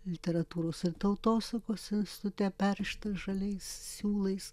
literatūros ir tautosakos instute perrištas žaliais siūlais